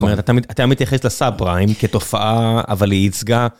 זאת אומרת, אתה מתייחס לסאב פריים כתופעה, אבל היא יצגה...